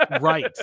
right